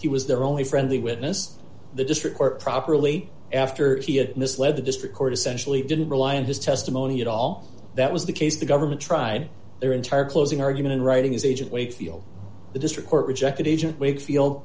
he was their only friendly witness the district court properly after he had misled the district court essentially didn't rely on his testimony at all that was the case the government tried their entire closing argument in writing his agent wakefield the district court rejected agent wakefield